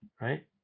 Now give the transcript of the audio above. Right